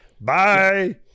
Bye